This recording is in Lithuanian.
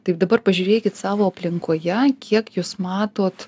taip dabar pažiūrėkit savo aplinkoje kiek jūs matot